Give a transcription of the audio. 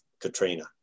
Katrina